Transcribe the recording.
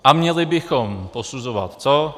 A měli bychom posuzovat co?